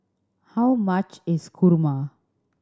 how much is kurma